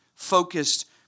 focused